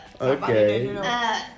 Okay